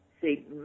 See